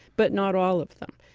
but not all of them.